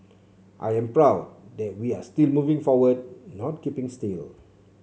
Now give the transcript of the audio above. I am proud that we are still moving forward not keeping still